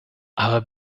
aber